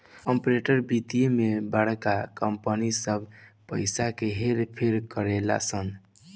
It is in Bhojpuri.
कॉर्पोरेट वित्त मे बड़का कंपनी सब पइसा क हेर फेर करेलन सन